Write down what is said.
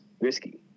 risky